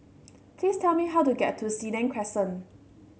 please tell me how to get to Senang Crescent